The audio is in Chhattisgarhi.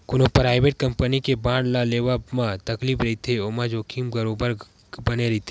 कोनो पराइबेट कंपनी के बांड ल लेवब म तकलीफ रहिथे ओमा जोखिम बरोबर बने रथे